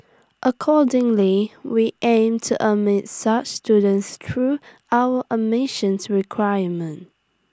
accordingly we aim to admit such students through our admission requirements